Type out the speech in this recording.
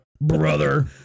Brother